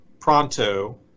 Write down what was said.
pronto